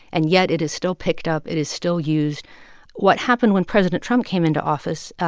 and yet, it is still picked up. it is still used what happened when president trump came into office,